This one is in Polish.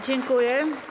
Dziękuję.